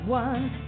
one